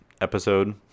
episode